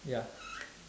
ya